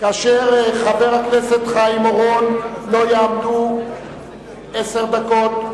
כאשר לחבר הכנסת חיים אורון יעמדו עשר דקות,